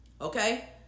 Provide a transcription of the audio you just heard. okay